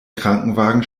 krankenwagen